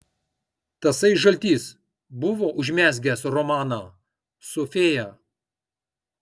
tasai žaltys buvo užmezgęs romaną su fėja